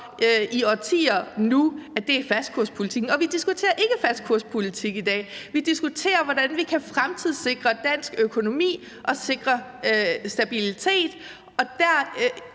i årtier nu er fastkurspolitikken, men vi diskuterer ikke fastkurspolitik i dag. Vi diskuterer, hvordan vi kan fremtidssikre dansk økonomi og sikre stabilitet, og til